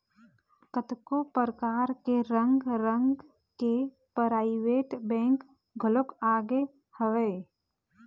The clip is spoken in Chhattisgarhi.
कतको परकार के रंग रंग के पराइवेंट बेंक घलोक आगे हवय